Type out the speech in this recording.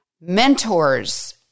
Mentors